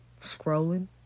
scrolling